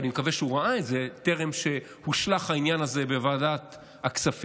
ואני מקווה שהוא ראה את זה טרם הושלך העניין הזה בוועדת הכספים,